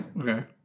Okay